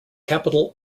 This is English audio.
capital